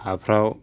हाफ्राव